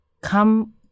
come